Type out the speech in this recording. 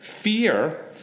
fear